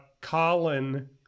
Colin